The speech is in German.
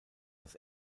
das